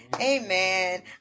Amen